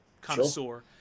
connoisseur